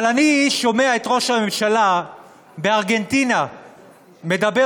אבל אני שומע את ראש הממשלה בארגנטינה מדבר